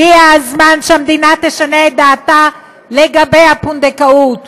הגיע הזמן שהמדינה תשנה את דעתה לגבי הפונדקאות.